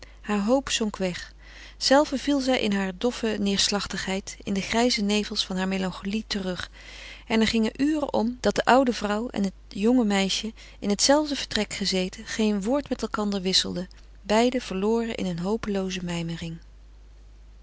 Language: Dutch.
hare hoop zonk weg zelve viel zij in hare doffe neêrslachtigheid in de grijze nevels harer melancholie terug en er gingen uren om dat de oude vrouw en het jonge meisje in het zelfde vertrek gezeten geen woord met elkander wisselden beiden verloren in een hopelooze